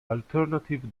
alternative